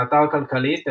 באתר כלכליסט,